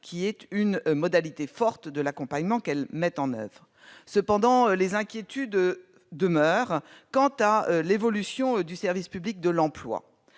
qui est une modalité forte de l'accompagnement qu'elles mettent en oeuvre. Cependant, les inquiétudes demeurent quant à l'évolution du service public de l'emploi.